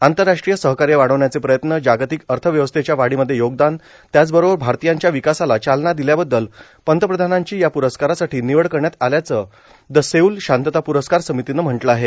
आंतरराष्ट्रीय सहकार्य वाढवण्याचे प्रयत्न जागतिक अर्थ व्यवस्थेच्या वाढीमध्ये योगदान त्याचबरोबर भारतीयांच्या विकासाला चालना दिल्याबद्दल पंतप्रधानांची या प्रस्कारासाठी निवड करण्यात आल्याचं द सेऊल शांतता प्रस्कार समितीनं म्हटलं आहे